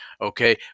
Okay